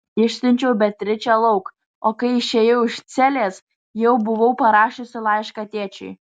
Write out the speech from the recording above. išsiunčiau beatričę lauk o kai išėjau iš celės jau buvau parašiusi laišką tėčiui